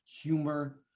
humor